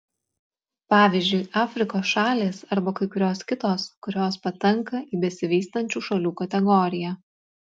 pavyzdžiui afrikos šalys arba kai kurios kitos kurios patenka į besivystančių šalių kategoriją